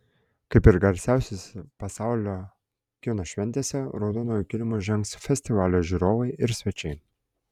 kaip ir garsiausiose pasaulio kino šventėse raudonuoju kilimu žengs festivalio žiūrovai ir svečiai